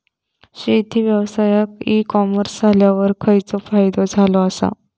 शेती व्यवसायात e commerce इल्यावर खयचो फायदो झालो आसा?